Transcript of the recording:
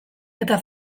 eta